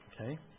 Okay